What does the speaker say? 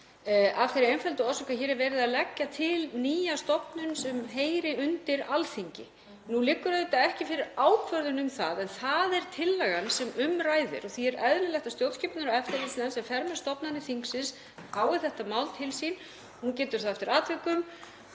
af þeirri einföldu orsök að hér er verið að leggja til nýja stofnun sem heyrir undir Alþingi. Nú liggur auðvitað ekki fyrir ákvörðun um það en það er tillagan sem um ræðir og því er eðlilegt að stjórnskipunar- og eftirlitsnefnd, sem fer með stofnanir þingsins, fái þetta mál til sín. Hún getur þá eftir atvikum